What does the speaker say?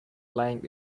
lying